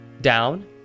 down